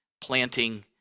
planting